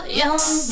young